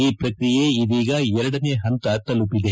ಈ ಪ್ರಕ್ರಿಯೆ ಇದೀಗ ಎರಡನೇ ಪಂತ ತಲುಪಿದೆ